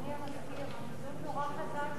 אדוני המזכיר, המיזוג נורא חזק.